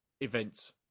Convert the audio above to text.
events